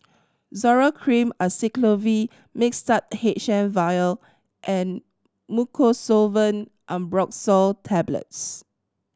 Zoral Cream Acyclovir Mixtard H M Vial and Mucosolvan Ambroxol Tablets